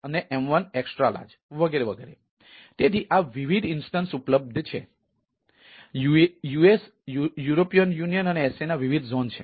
તેથી US European union અને એશિયાના વિવિધ ઝોન છે